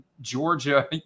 Georgia